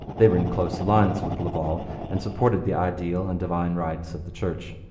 they were in close alliance with laval and supported the ideal and divine rights of the church.